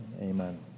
Amen